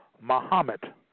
Muhammad